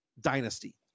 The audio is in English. dynasty